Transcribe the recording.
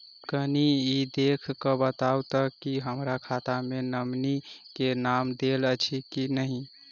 कनि ई देख कऽ बताऊ तऽ की हमरा खाता मे नॉमनी केँ नाम देल अछि की नहि?